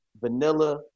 vanilla